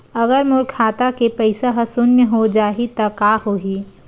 अगर मोर खाता के पईसा ह शून्य हो जाही त का होही?